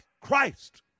Christ